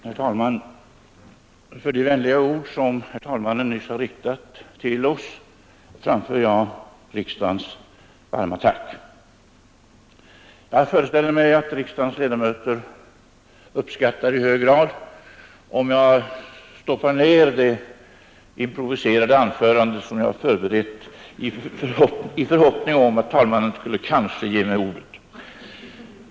Herr talman! För de vänliga ord som herr talmannen nyss har riktat till oss framför jag riksdagens varma tack. Jag föreställer mig att riksdagens ledamöter i hög grad uppskattar om jag stoppar ned det improviserade anförande som jag förberett i förhoppningen att talmannen kanske skulle ge mig ordet.